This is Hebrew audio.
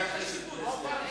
חבר הכנסת פלסנר,